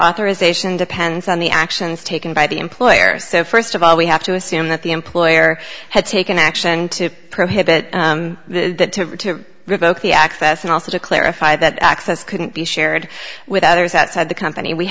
authorization depends on the actions taken by the employer so first of all we have to assume that the employer had taken action to prohibit that to revoke the access and also to clarify that access couldn't be shared with others outside the company we